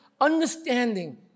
understanding